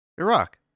Iraq